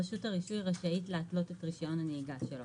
רשות הרישוי רשאית להתלות את רישיון הנהיגה שלו.